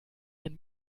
ein